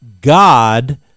God